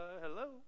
hello